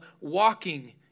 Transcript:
walking